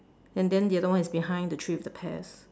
and then the other one is behind the tree with the pears